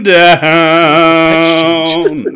down